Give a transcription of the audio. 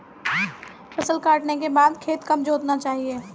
फसल काटने के बाद खेत कब जोतना चाहिये?